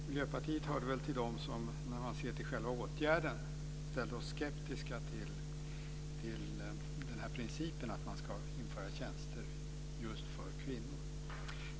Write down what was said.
Miljöpartiet hörde väl till dem som var skeptiska till själva principen att införa tjänster just för kvinnor.